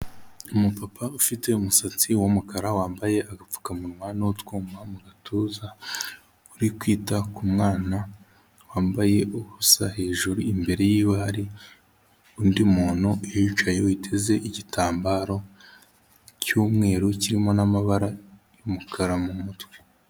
Umupapa ufite umusatsi w'umukara, wambaye agapfukamunwa n'utwuma mu gatuza, uri kwita ku mwana wambaye ubusa hejuru, imbere yiwe hari undi muntu uhicaye witeze igitambaro cy'umweru kirimo n'amabara y'umukara mu mutwe.